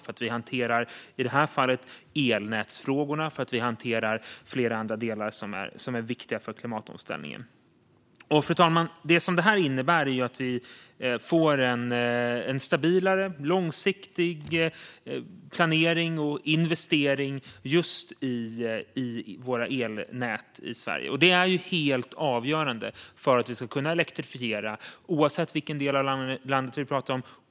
I det här fallet handlar det om elnätsfrågorna, men vi hanterar också flera andra delar som är viktiga för klimatomställningen. Detta innebär att vi får en stabilare och långsiktigare planering och investering just i våra elnät i Sverige. Det är ju helt avgörande för att vi ska kunna elektrifiera, oavsett vilken del av landet vi talar om.